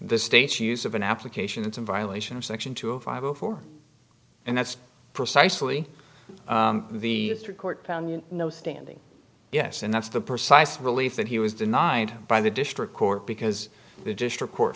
the state's use of an application it's in violation of section two five zero four and that's precisely the court found no standing yes and that's the precise relief that he was denied by the district court because the district court